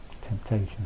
temptation